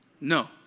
No